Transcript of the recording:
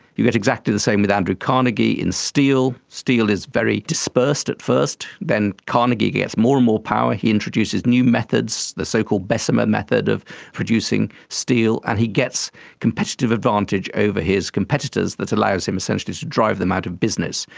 you get exactly the same with andrew carnegie in steel. steel is very dispersed at first then carnegie gets more and more power, he introduces new methods, the so-called bessemer method of producing steel, and he gets competitive advantage over his competitors that allows him essentially to drive them out of business.